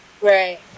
right